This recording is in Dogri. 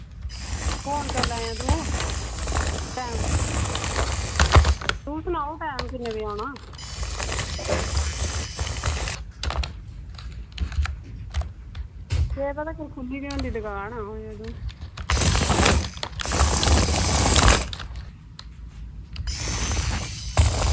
फोन करी लैएयां तूं तूं सनाई ओड़ टैम किन्ने बजे औना छे बजे तगर खु'ल्ली दी होंदी दकान आयां तूं